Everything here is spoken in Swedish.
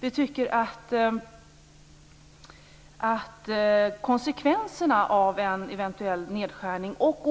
Vi tycker att konsekvenserna av en eventuell nedskärning och